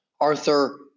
Arthur